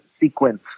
sequence